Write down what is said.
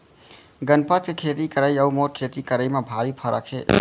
गनपत के खेती करई अउ मोर खेती करई म भारी फरक हे